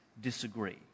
disagree